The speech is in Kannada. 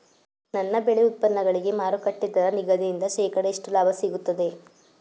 ನನ್ನ ಬೆಳೆ ಉತ್ಪನ್ನಗಳಿಗೆ ಮಾರುಕಟ್ಟೆ ದರ ನಿಗದಿಯಿಂದ ಶೇಕಡಾ ಎಷ್ಟು ಲಾಭ ಸಿಗುತ್ತದೆ?